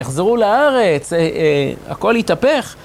יחזרו לארץ, הכל יתהפך.